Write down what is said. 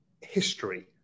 history